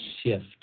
shift